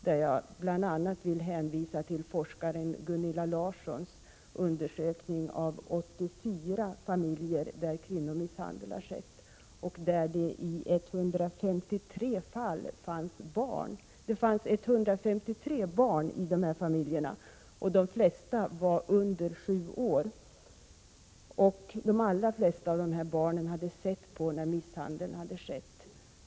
Jag vill bl.a. hänvisa till forskaren Gunilla Larssons undersökning av 84 familjer där kvinnomisshandel har utövats. Det fanns 153 barn i familjerna. De flesta var under sju år, och det stora flertalet av dem hade tittat på när någon misshandlades.